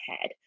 head